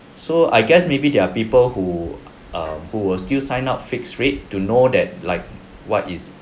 so I guess maybe there are people who um who will still sign up fixed rate to know that like what is